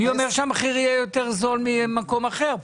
מי אומר שהמחיר פה של תפוח אדמה יהיה יותר זול ממקום אחר?